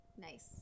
Nice